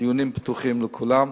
הדיונים פתוחים לכולם,